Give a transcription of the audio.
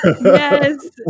Yes